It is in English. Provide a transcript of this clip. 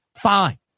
fine